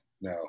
No